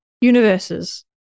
universes